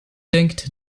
denkt